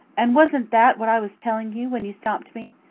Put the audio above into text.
and was'nt that what i was telling you, when you stopped me.